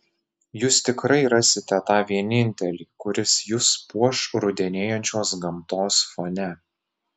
jūs tikrai rasite tą vienintelį kuris jus puoš rudenėjančios gamtos fone